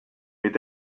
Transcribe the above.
mit